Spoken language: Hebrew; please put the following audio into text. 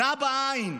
נה בעין.